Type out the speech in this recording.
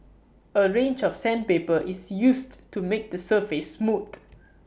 A range of sandpaper is used to make the surface smooth